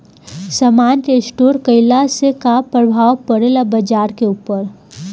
समान के स्टोर काइला से का प्रभाव परे ला बाजार के ऊपर?